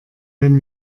wenn